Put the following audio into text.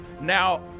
Now